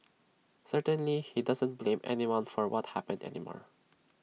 certainly he doesn't blame anyone for what happened anymore